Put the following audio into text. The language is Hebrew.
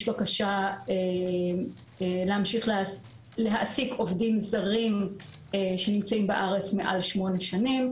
בקשה להמשיך להעסיק עובדים זרים שנמצאים בארץ מעל 8 שנים.